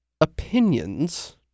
opinions